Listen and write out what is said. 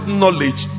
knowledge